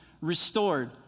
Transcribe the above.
restored